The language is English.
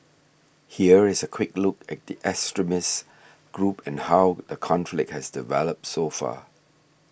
here is a quick look at the extremist group and how the conflict has developed so far